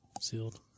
sealed